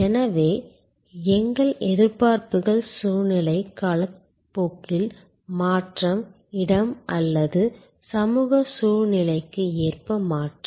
எனவே எங்கள் எதிர்பார்ப்புகள் சூழ்நிலை காலப்போக்கில் மாற்றம் இடம் அல்லது சமூக சூழ்நிலைக்கு ஏற்ப மாற்றம்